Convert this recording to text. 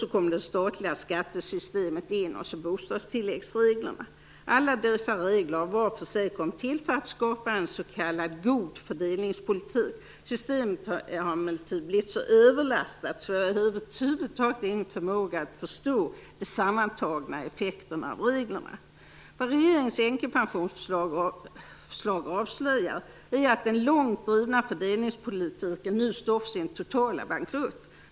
Sedan kommer det statliga skattesystemet och bostadstilläggsreglerna in. Alla dessa regler var för sig kom till för att skapa en s.k. god fördelningspolitik. Systemet har emellertid blivit så överlastat så att man över huvud taget inte har någon förmåga att förstå de sammantagna effekterna av reglerna. Regeringens änkepensionsförslag avslöjar att den långt drivna fördelningspolitiken nu står inför sin totala bankrutt.